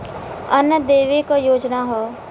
अन्न देवे क योजना हव